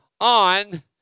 on